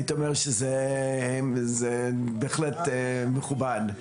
היית אומר שזה בהחלט מכובד.